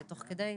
כן,